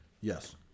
Yes